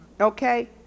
Okay